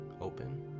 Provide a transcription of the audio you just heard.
open